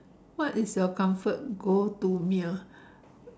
what is your comfort go to meal